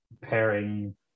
pairing